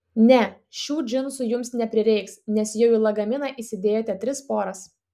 ne šių džinsų jums neprireiks nes jau į lagaminą įsidėjote tris poras